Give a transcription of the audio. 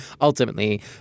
ultimately